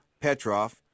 Petrov